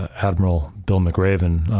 admiral bill mcraven,